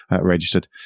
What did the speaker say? registered